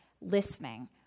Listening